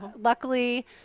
Luckily